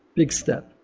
big step.